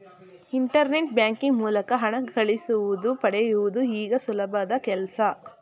internet banking ಮೂಲಕ ಹಣ ಕಳಿಸುವುದು ಪಡೆಯುವುದು ಈಗ ಸುಲಭದ ಕೆಲ್ಸ